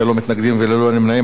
ללא מתנגדים וללא נמנעים.